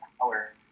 power